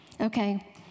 Okay